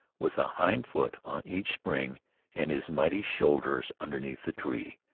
with a hind foot on each spring and his mighty shoulders underneath the tree,